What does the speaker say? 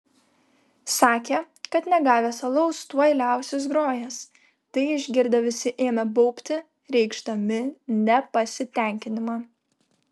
sakė kad negavęs alaus tuoj liausis grojęs tai išgirdę visi ėmė baubti reikšdami nepasitenkinimą